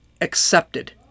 accepted